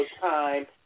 time